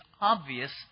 obvious